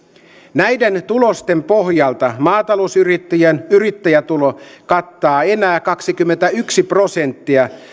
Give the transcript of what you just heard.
näiden tulosten pohjalta maatalousyrittäjien yrittäjätulo kattaa enää kaksikymmentäyksi prosenttia